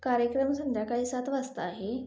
कार्यक्रम संध्याकाळी सात वाजता आहे